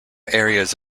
areas